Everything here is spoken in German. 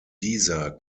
dieser